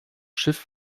schiff